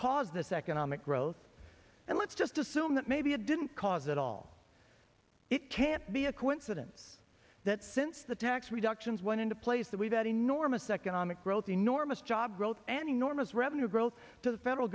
cause this economic growth and let's just assume that maybe it didn't cause at all it can't be a coincidence that since the tax reductions went into place that we've had enormous economic growth enormous job growth and enormous revenue growth to the federal